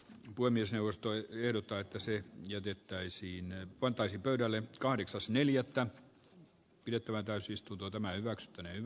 voi miesjaosto ehdottaa että se jätettäisiin pantaisiin pöydälle kahdeksas neljättä pidettävään täysistunto tämä hyväksyttäneen m